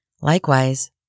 Likewise